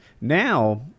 Now